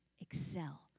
excel